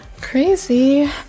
Crazy